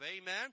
Amen